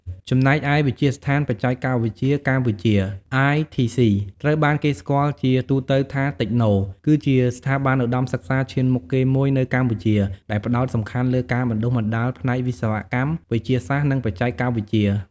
ចំណែកឯ វិទ្យាស្ថានបច្ចេកវិទ្យាកម្ពុជា ITC ត្រូវបានគេស្គាល់ជាទូទៅថា តិចណូ គឺជាស្ថាប័នឧត្តមសិក្សាឈានមុខគេមួយនៅកម្ពុជា ដែលផ្តោតសំខាន់លើការបណ្តុះបណ្តាលផ្នែកវិស្វកម្ម វិទ្យាសាស្ត្រ និងបច្ចេកវិទ្យា។